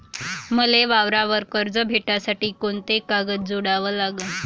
मले वावरावर कर्ज भेटासाठी कोंते कागद जोडा लागन?